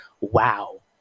wow